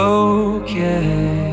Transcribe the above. okay